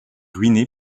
ruinée